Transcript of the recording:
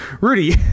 rudy